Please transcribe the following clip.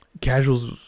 Casuals